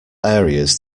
areas